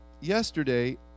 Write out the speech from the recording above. yesterday